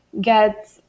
get